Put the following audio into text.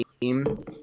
team